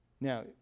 Now